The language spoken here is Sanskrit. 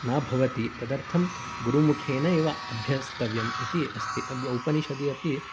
न भवति तदर्थं गुरुमुखेन एव अभ्यस्तव्यम् इति अस्ति उपनिषदि अपि